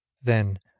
then,